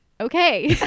okay